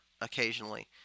occasionally